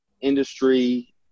industry